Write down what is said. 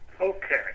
Okay